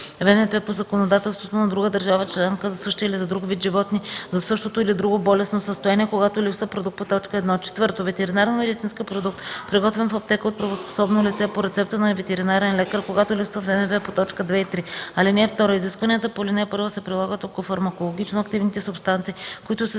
ВМП по законодателството на друга държава членка за същия или за друг вид животни за същото или друго болестно състояние – когато липсва продукт по т. 1; 4. ветеринарномедицински продукт, приготвен в аптека от правоспособно лице по рецепта на ветеринарен лекар – когато липсва ВМП по т. 2 и 3. (2) Изискванията по ал. 1 се прилагат, ако фармакологично активните субстанции, които се